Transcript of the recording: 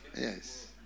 Yes